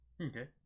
Okay